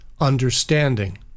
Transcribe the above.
understanding